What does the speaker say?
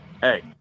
Hey